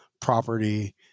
property